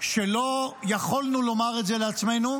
שלא יכולנו לומר את זה לעצמנו,